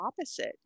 opposite